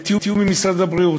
בתיאום עם משרד הבריאות,